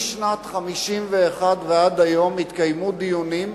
משנת 1951 ועד היום התקיימו דיונים,